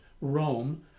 Rome